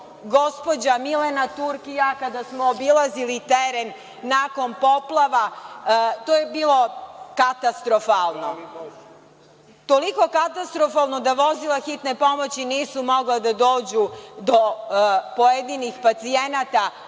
gospođa Milena Turk i ja kada smo obilazili teren nakon poplava. To je bilo katastrofalno. Toliko katastrofalno da vozila hitne pomoći nisu mogla da dođu do pojedinih pacijenata,